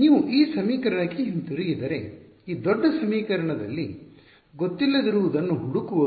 ನೀವು ಈ ಸಮೀಕರಣಕ್ಕೆ ಹಿಂತಿರುಗಿದರೆ ಈ ದೊಡ್ಡ ಸಮೀಕರಣ ದಲ್ಲಿ ಗೊತ್ತಿಲ್ಲದಿರುವುದನ್ನು ಹುಡುಕುವ